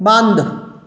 ਬੰਦ